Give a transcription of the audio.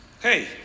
hey